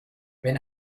wenn